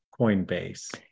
Coinbase